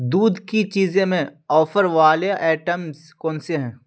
دودھ کی چیزیں میں آفر والے آئٹمز کون سے ہیں